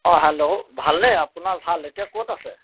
অঁ হেল্ল' ভালনে আপোনাৰ ভাল এতিয়া ক'ত আছে